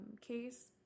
case